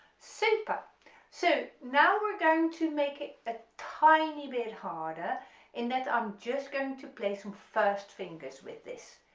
super so now we're going to make it a tiny bit harder in that i'm just going to play some first fingers with this,